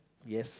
yes